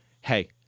Hey